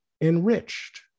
enriched